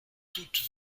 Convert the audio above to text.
toutes